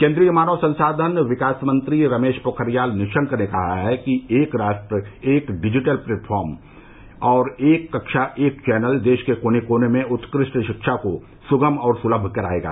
केन्द्रीय मानव संसाधन विकास मंत्री रमेश पोखरियाल निशंक ने कहा है कि एक राष्ट्र एक डिजिटल प्लेटफार्म और एक कक्षा एक चैनल देश के कोने कोने में उत्कृष्ट शिक्षा को सुगम और सुलभ कराएगा